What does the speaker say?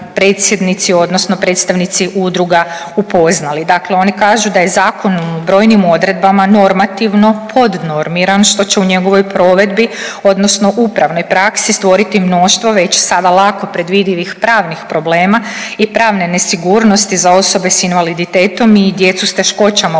predsjednici odnosno predstavnici udruga upoznali. Dakle, oni kažu da je zakon o brojnim odredbama normativno podnormiran što će u njegovoj provedbi odnosno upravnoj praksi stvoriti mnoštvo već sada lako predvidivih pravnih problema i pravne nesigurnosti za osobe s invaliditetom i djecu s teškoćama u